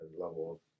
level